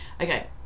okay